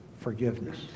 Forgiveness